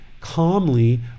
calmly